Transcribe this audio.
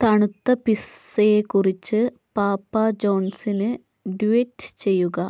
തണുത്ത പിസ്സയെ കുറിച്ച് പാപ്പാ ജോൺസിന് ട്വീറ്റ് ചെയ്യുക